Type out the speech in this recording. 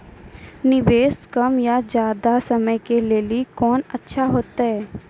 निवेश कम या ज्यादा समय के लेली कोंन अच्छा होइतै?